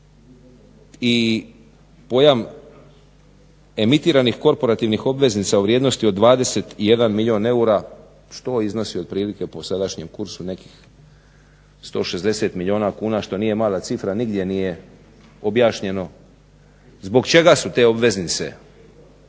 i pojam emitiranih korporativnih obveznica u vrijednosti od 21 milijun eura što iznosi otprilike po sadašnjem kursu nekih 160 milijuna kuna što nije mala cifra. Nigdje nije objašnjeno zbog čega su te obveznice